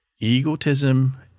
Egotism